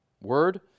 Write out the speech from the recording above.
word